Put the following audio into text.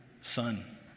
son